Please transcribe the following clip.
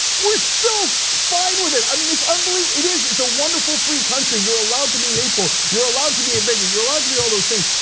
we're still fine with it. i mean, it's unbelievable. it is, it's a wonderful, free country. you're allowed to be hateful, you're allowed to be a bigot. you're allowed to be all those things.